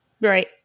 Right